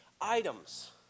items